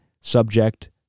subject